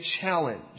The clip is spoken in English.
challenge